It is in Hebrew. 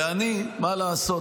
ומה לעשות,